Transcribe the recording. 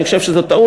אני חושב שזו טעות.